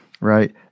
right